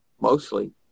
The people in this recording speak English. mostly